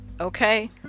Okay